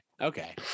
okay